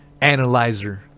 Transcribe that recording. analyzer